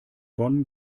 bonn